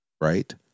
right